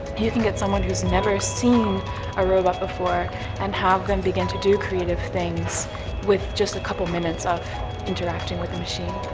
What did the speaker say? you can get someone who's never seen a robot before and have them begin to do creative things with just a couple minutes of interacting with the machine.